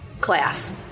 class